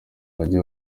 mujyi